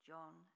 John